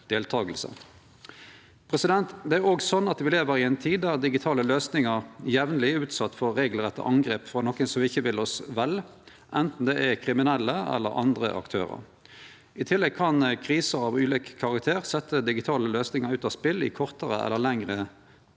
mv.) 2024 Det er òg sånn at me lever i ei tid då digitale løysingar jamleg er utsette for regelrette angrep frå nokon som ikkje vil oss vel, anten det er kriminelle eller andre aktørar. I tillegg kan kriser av ulik karakter setje digitale løysingar ut av spel i kortare eller lengre tid,